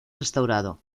restaurado